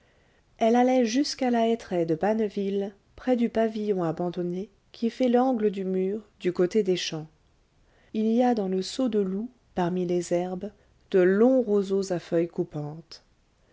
elle allait jusqu'à la hêtraie de banneville près du pavillon abandonné qui fait l'angle du mur du côté des champs il y a dans le saut de loup parmi les herbes de longs roseaux à feuilles coupantes